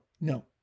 no